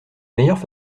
meilleure